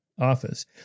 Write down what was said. office